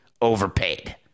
overpaid